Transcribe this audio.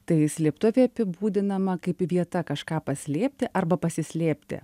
tai slėptuvė apibūdinama kaip vieta kažką paslėpti arba pasislėpti